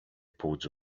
pods